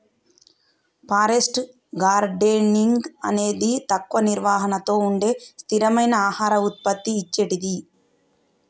forest gardening అనేది తక్కువ నిర్వహణతో ఉండే స్థిరమైన ఆహార ఉత్పత్తి ఇచ్చేటిది